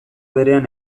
berean